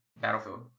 Battlefield